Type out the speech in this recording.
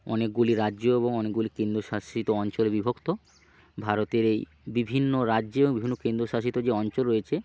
অনেকগুলি রাজ্য এবং অনেকগুলি কেন্দ্রশাসিত অঞ্চলে বিভক্ত ভারতের এই বিভিন্ন রাজ্য এবং বিভিন্ন কেন্দ্রশাসিত যে অঞ্চল রয়েছে